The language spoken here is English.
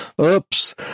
oops